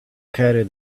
carry